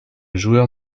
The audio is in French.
joueur